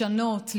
לשנות,